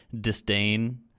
disdain